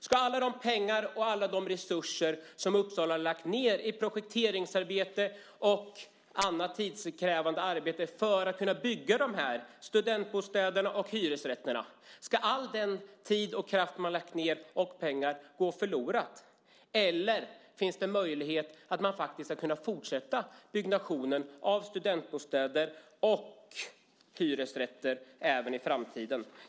Ska alla de pengar och alla de resurser som Uppsala lagt ned i projekteringsarbete och annat tidskrävande arbete för att kunna bygga studentbostäderna och hyresrätterna vara förgäves? Ska all tid, kraft och pengar man har lagt ned gå förlorade, eller finns det möjlighet att man ska kunna fortsätta byggnationen av studentbostäder och hyresrätter även i framtiden?